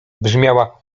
brzmiała